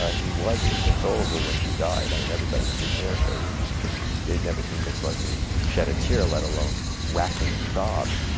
ah he was inconsolable when she died. i mean, everybody who was there said he was just, they had never seen bing crosby shed a tear, let along wracking sobs.